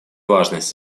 важность